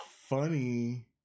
funny